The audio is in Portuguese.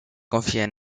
confia